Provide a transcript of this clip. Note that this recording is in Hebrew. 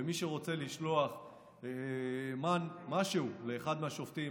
ומי שרוצה לשלוח משהו לאחד מהשופטים,